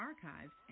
Archives